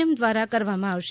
એમ દ્વારા કરવામાં આવશે